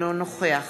אינו נוכח